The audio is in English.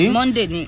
Monday